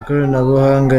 ikoranabuhanga